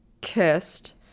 kissed